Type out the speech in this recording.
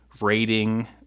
rating